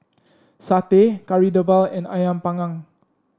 satay Kari Debal and ayam panggang